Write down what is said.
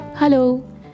Hello